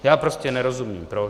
Já prostě nerozumím proč.